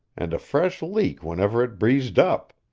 and a fresh leak whenever it breezed up.